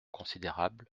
considérable